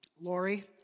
Lori